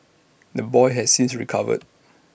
the boy has since recovered